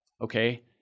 Okay